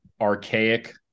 archaic